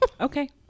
Okay